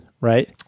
right